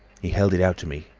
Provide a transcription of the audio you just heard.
he held it out to me,